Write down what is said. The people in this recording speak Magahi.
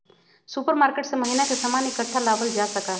सुपरमार्केट से महीना के सामान इकट्ठा लावल जा सका हई